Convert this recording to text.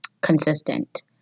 consistent